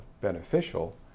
beneficial